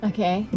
Okay